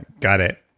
got it.